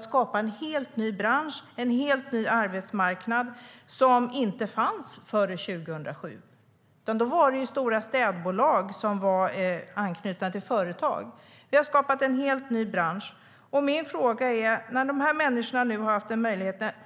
skapade en helt ny bransch och arbetsmarknad som inte fanns före 2007. Då fanns stora städbolag som var knutna till företag. Vi har skapat en helt ny bransch. Dessa människor har nu haft dessa möjligheter.